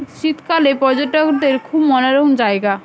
শীতকালে পর্যটকদের খুব মনোরম জায়গা